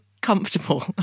comfortable